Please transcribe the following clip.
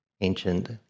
ancient